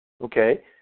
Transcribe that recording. okay